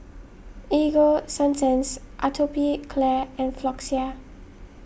Ego Sunsense Atopiclair and Floxia